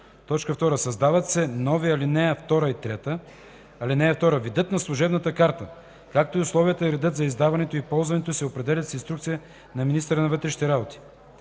2. Създават се нови ал. 2 и 3: „(2) Видът на служебната карта, както и условията и редът за издаването и ползването й се определят с инструкция на министъра на вътрешните работи.